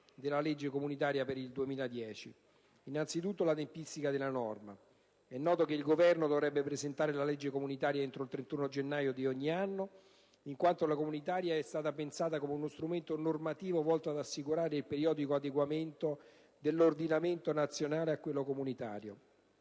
di legge al nostro esame. Innanzitutto la tempistica della norma. È noto che il Governo dovrebbe presentare la legge comunitaria entro il 31 gennaio di ogni anno, in quanto la legge comunitaria è stata pensata come uno strumento normativo volto ad assicurare il periodico adeguamento dell'ordinamento nazionale a quello comunitario.